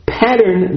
pattern